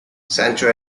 sancho